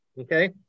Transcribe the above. okay